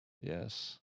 Yes